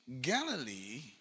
Galilee